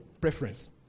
preference